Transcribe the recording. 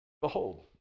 Behold